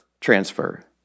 transfer